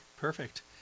perfect